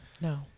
no